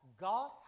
God